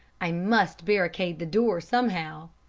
i must barricade the door somehow.